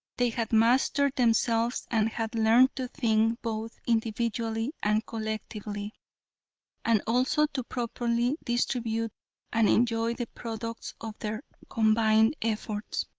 they had mastered themselves, and had learned to think both individually and collectively and also to properly distribute and enjoy the products of their combined efforts.